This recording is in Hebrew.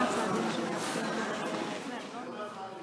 שהממשלה הולכת לקראת הציבור הרחב,